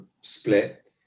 split